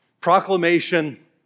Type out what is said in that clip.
proclamation